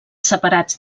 separats